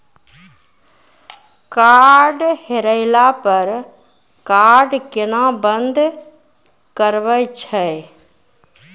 Card हेरैला पर card केना बंद करबै छै?